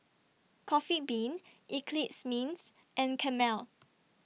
Coffee Bean Eclipse Mints and Camel